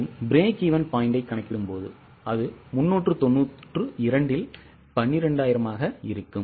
மேலும் பிரேக்ஈவென் பாயிண்டை கணக்கிடும்போது அது 392 இல் 12000 ஆக இருக்கும்